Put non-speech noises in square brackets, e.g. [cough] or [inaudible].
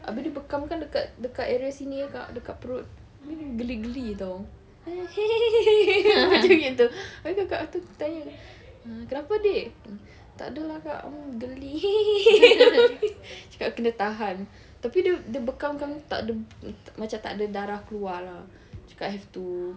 habis dia bekamkan dekat dekat area sini ya kak dekat perut geli-geli [tau] [laughs] gitu habis kakak tu tanya hmm kenapa dik tak ada lah kak geli [laughs] cakap kena tahan tapi dia dia bekam kan tak ada macam tak ada darah keluar lah cakap have to